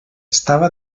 estava